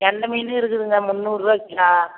கெண்டை மீனும் இருக்குதுங்க முன்னூறுரூவா கிலோ